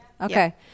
Okay